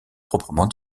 proprement